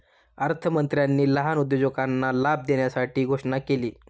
अर्थमंत्र्यांनी लहान उद्योजकांना लाभ देण्यासाठी घोषणा केली